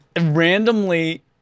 randomly